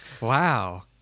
Wow